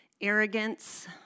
Arrogance